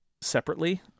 separately